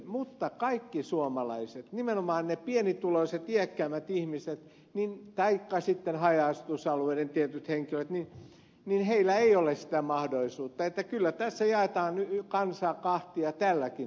mutta kaikilla suomalaisilla nimenomaan niillä pienituloisilla iäkkäämmillä ihmisillä taikka sitten tietyillä haja asutusalueiden henkilöillä ei ole sitä mahdollisuutta että kyllä tässä jaetaan kansaa kahtia tälläkin tavalla